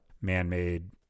man-made